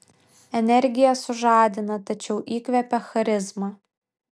energija sužadina tačiau įkvepia charizma